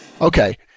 Okay